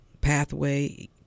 pathway